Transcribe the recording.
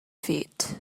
feet